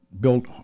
built